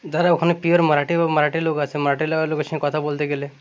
যারা ওখানে পিওর মারাঠি বা মারাঠি লোক আছে মারাঠি লোকের সঙ্গে কথা বলতে গেলে